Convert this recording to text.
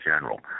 general